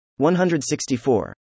164